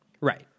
Right